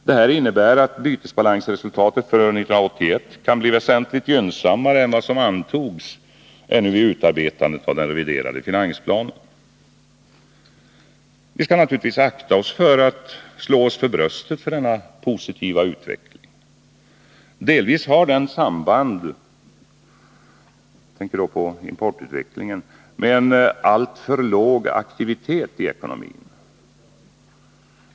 Detta innebär att bytesbalansresultatet för 1981 kan bli väsentligt gynnsammare än vad som antogs ännu vid utarbetandet av den reviderade finansplanen. Vi skall naturligtvis akta oss för att slå oss för bröstet inför en sådan positiv utveckling. Delvis har den — jag tänker då på importutvecklingen — samband med en alltför låg aktivitet i ekonomin.